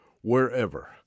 wherever